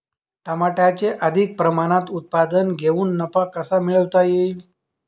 टमाट्याचे अधिक प्रमाणात उत्पादन घेऊन नफा कसा मिळवता येईल?